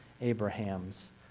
Abraham's